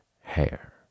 hair